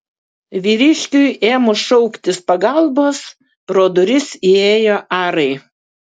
vyriškiui ėmus šauktis pagalbos pro duris įėjo arai